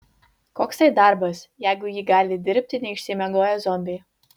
koks tai darbas jeigu jį gali dirbti neišsimiegoję zombiai